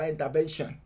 intervention